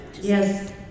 Yes